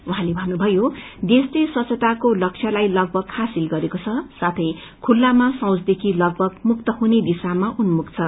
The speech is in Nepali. उहाँले भन्नुभयो देशले स्वच्छताको लक्ष्य लाई लगभग हासिल गरेको छ साथै खुल्लामा शैचदेखि लगभग मुक्त हजुने दिशाम उन्मुख छ